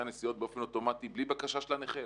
הנסיעות באופן אוטומטי בלי בקשה של הנכה.